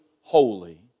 Holy